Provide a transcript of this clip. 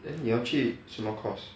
then 你要去什么 course